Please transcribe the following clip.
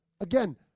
Again